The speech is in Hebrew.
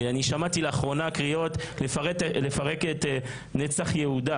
שמעתי לאחרונה קריאות לפרק את נצח יהודה.